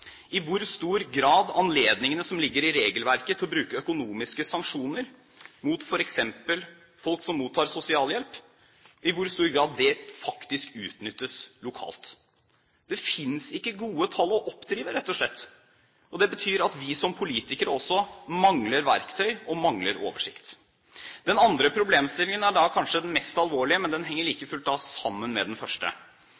i hvor stor grad anledningen som ligger i regelverket til å bruke økonomiske sanksjoner mot f.eks. folk som mottar sosialhjelp, faktisk utnyttes lokalt. Det fins ikke gode tall å oppdrive, rett og slett. Det betyr at vi som politikere også mangler verktøy og mangler oversikt. Den andre problemstillingen er kanskje den mest alvorlige, men den henger like